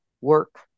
work